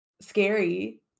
scary